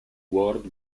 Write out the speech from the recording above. world